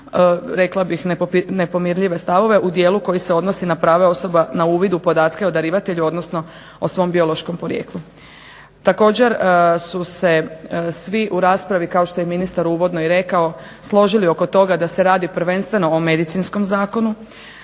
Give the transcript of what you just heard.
rekla bih nepomirljive stavove u dijelu koji se odnosi na prava osoba na uvid u podatke o darivatelju, odnosno o svom biološkom porijeklu. Također su se svi u raspravi, kao što je ministar uvodno i rekao, složili oko toga da se radi prvenstveno o medicinskom zakonu